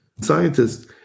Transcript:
Scientists